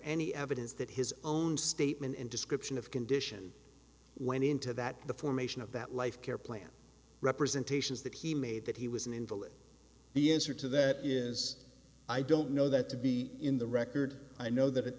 any evidence that his own statement and description of condition went into that the formation of that life care plan representations that he made that he was an invalid the answer to that is i don't know that to be in the record i know that i